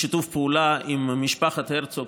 בשיתוף פעולה עם משפחת הרצוג,